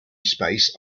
space